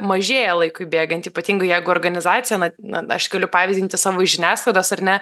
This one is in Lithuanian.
mažėja laikui bėgant ypatingai jeigu organizacija na na aš galiu pavyzdį imti savo iš žiniasklaidos ar ne